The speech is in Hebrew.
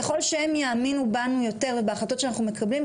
ככל שהם יאמינו בנו יותר ובהחלטות שאנחנו מקבלים,